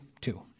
Two